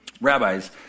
rabbis